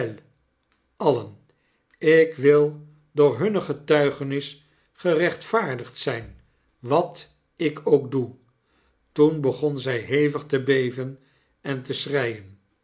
alien ik wil door hunne getuigenis gerechtvaardigd zijn wat ik ook doe toen begon zij hevig te beven en te schreien